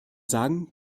sagen